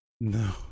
No